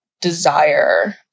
desire